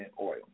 oil